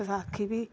Baisakhi बी